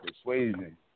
persuasion